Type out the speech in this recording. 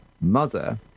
mother